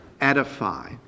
edify